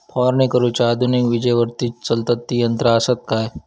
फवारणी करुची आधुनिक विजेवरती चलतत ती यंत्रा आसत काय?